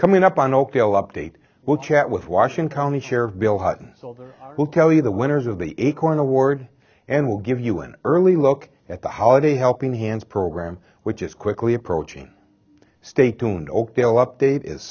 coming up on oakdale update we'll chat with washing county sheriff bill hutton will tell you the winners of the acorn award and will give you an early look at the holiday helping hands program which is quickly approaching stay tuned oakdale update is